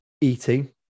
eating